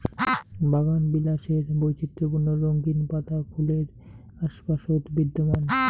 বাগানবিলাসের বৈচিত্র্যপূর্ণ রঙিন পাতা ফুলের আশপাশত বিদ্যমান